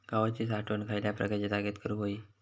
गव्हाची साठवण खयल्या प्रकारच्या जागेत करू होई?